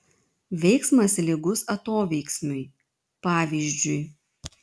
veiksmas lygus atoveiksmiui pavyzdžiui